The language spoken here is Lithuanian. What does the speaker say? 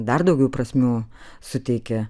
dar daugiau prasmių suteikia